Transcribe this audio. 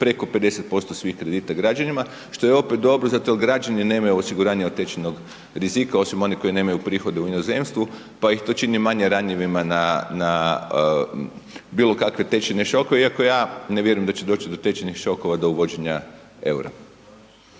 preko 5% svih kredita građanima, što je opet dobro zato jer građani nemaju osiguranja od tečajnog rizika osim oni nemaju prihode u inozemstvu pa ih to čini manje ranjivima na bilo kakve tečajne šokove. Iako ja ne vjerujem da će doći do tečajnih šokova do uvođenja EUR-a.